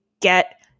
get